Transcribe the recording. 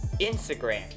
Instagram